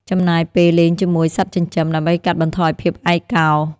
ចំណាយពេលលេងជាមួយសត្វចិញ្ចឹម ដើម្បីកាត់បន្ថយភាពឯកោ។